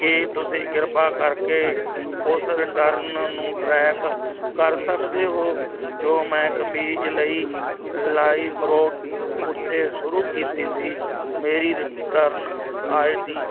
ਕੀ ਤੁਸੀਂ ਕਿਰਪਾ ਕਰਕੇ ਉਸ ਰਿਟਰਨ ਨੂੰ ਟਰੈਕ ਕਰ ਸਕਦੇ ਹੋ ਜੋ ਮੈਂ ਕਮੀਜ ਲਈ ਲਾਈਮਰੋਡ ਉੱਤੇ ਸ਼ੁਰੂ ਕੀਤੀ ਸੀ ਮੇਰੀ ਰਿਟਰਨ ਆਈ ਡੀ